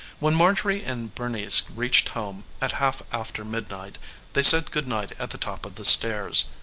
when marjorie and bernice reached home at half after midnight they said good night at the top of the stairs.